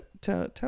tell